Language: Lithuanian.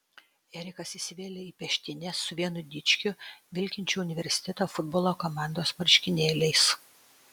erikas įsivėlė į peštynes su vienu dičkiu vilkinčiu universiteto futbolo komandos marškinėliais